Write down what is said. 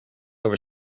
over